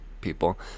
people